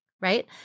right